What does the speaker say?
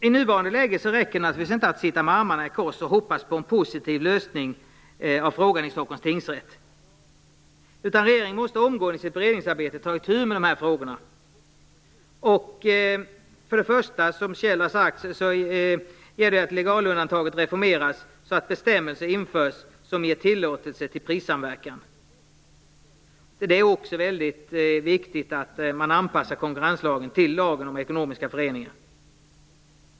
I nuläget räcker det naturligtvis inte att sitta med armarna i kors och hoppas på en positiv lösning på frågan i Stockholms tingsrätt. Regeringen måste omgående i sitt beredningsarbete ta itu med dessa frågor. Det gäller bl.a. som Kjell Ericsson har sagt att legalundantaget reformeras så att bestämmelser införs som ger tillåtelse till prissamverkan. Det är också väldigt viktigt att man anpassar konkurrenslagen till lagen om ekonomiska föreningar.